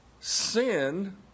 Sin